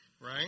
right